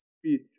speech